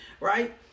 right